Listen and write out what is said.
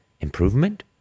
Improvement